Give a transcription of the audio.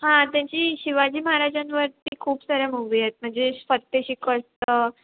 हां त्यांची शिवाजी महाराजांवरती खूप साऱ्या मूवी आहेत म्हणजे फत्ते शिकस्त